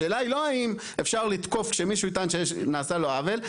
השאלה היא לא האם אפשר לתקוף כשמישהו יטען שנעשה לו עוול,